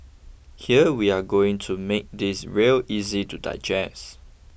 here we are going to make this real easy to digest